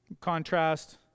Contrast